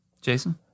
Jason